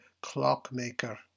clockmaker